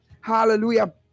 Hallelujah